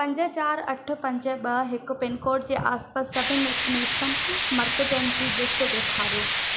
पंज चारि अठ पंज ॿ हिकु पिनकोड जे आसपास सभिनि वैक्सीनेशन मर्कज़नि जी लिस्ट ॾेखारियो